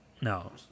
No